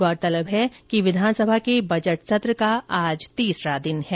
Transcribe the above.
गौरतलब है कि विधानसभा के बजट सत्र का आज तीसरा दिन है